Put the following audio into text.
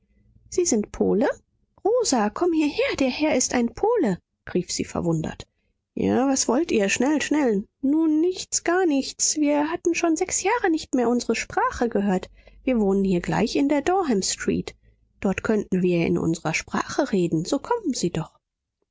sie sind ein pole rosa komm hierher der herr ist ein pole rief sie verwundert ja was wollt ihr schnell schnell nun nichts gar nichts wir hatten schon sechs jahre nicht mehr unsere sprache gehört wir wohnen hier gleich in der dorham street dort könnten wir in unserer sprache reden so kommen sie doch